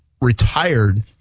retired